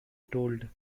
told